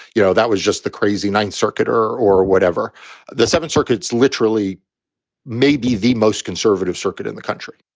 you know, that was just the crazy ninth circuit or or whatever the seventh circuit's literally maybe the most conservative circuit in the country